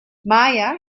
maia